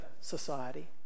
society